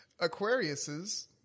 Aquariuses